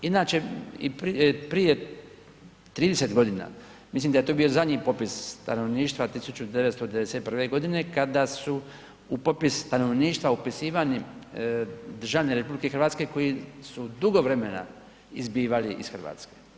Inače i prije 30 godina, mislim da je to bio zadnji popis stanovništva 1991. godine kada su u popis stanovništva upisivani državljani RH koji su dugo vremena izbivali iz Hrvatske.